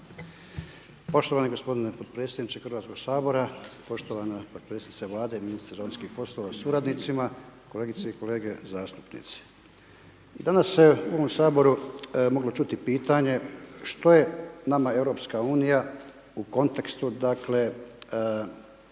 Poštovani gospodine podpredsjedniče Hrvatskog sabora, poštovana potpredsjednice Vlade i ministrica vanjskih poslova sa suradnicima, kolegice i kolege zastupnici, danas se u ovom saboru moglo čuti pitanje što je nama EU u kontekstu dakle